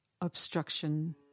obstruction